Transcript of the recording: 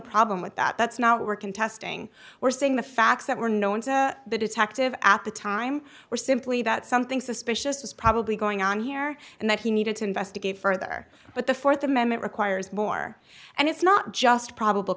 problem with that that's not were contesting we're saying the facts that were no into the detective at the time were simply that something suspicious was probably going on here and that he needed to investigate further but the fourth amendment requires more and it's not just probable